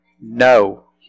No